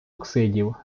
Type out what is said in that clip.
оксидів